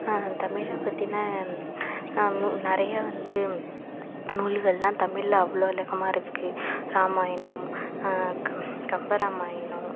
தமிழை பற்றின நிறைய வந்து நூல்கள்லாம் தமிழில் அவ்வளோ விளக்கமாக இருக்கு ராமாயணம் க கம்ப ராமாயணம்